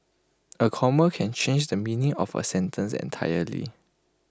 A comma can change the meaning of A sentence entirely